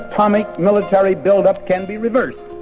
atomic military build-up can be reversed,